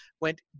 went